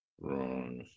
Wrong